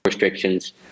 restrictions